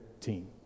team